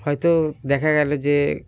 হয়তো দেখা গেল যে